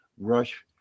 rush